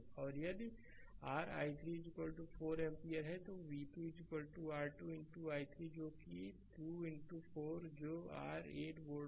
और यदि r i3 4 ampere है तो v2 r 2 i3 जो कि 2 4 है जो r 8 वोल्ट है